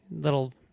little